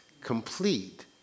complete